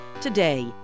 today